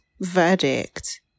verdict